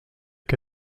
que